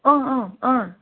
ꯑ ꯑ ꯑ